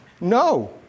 no